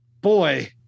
boy